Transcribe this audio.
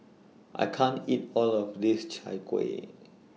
I can't eat All of This Chai Kueh